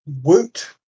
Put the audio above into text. Woot